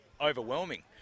overwhelming